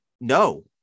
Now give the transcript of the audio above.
No